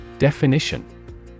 Definition